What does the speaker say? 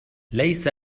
ليس